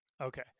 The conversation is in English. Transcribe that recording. Okay